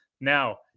Now